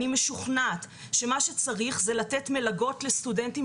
אני משוכנעת שמה שצריך זה לתת מלגות לסטודנטים,